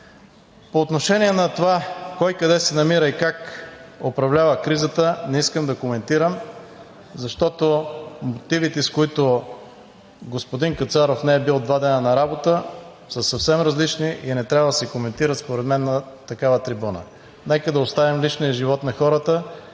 По отношение на това кой, къде се намира и как управлява кризата не искам да коментирам, защото мотивите, с които господин Кацаров не е бил два дни на работа, са съвсем различни и не трябва се коментират според мен на такава трибуна. Нека да оставим личния живот на хората